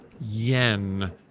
yen